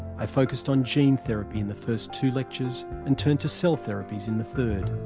i focused on gene therapy in the first two lectures and turned to cell therapies in the third.